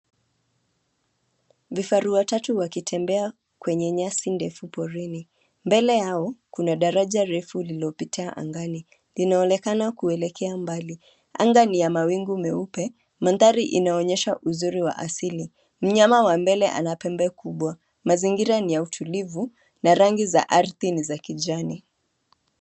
Vifaru watatu wakitembea kwenye nyasi ndefu porini, mbele yao, kuna daraja refu lililopitia angani, linaonekana kuelekea mbali, anga ni ya mawingu meupe, mandhari inaonyesha uzuri wa asili, mnyama wa mbele ana pembe kubwa, mazingira ni ya utulivu na rangi za ardhi ni za kijani.